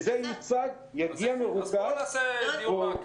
זה יגיע מרוכז -- יופי.